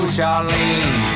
Charlene